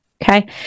Okay